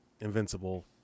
invincible